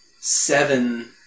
seven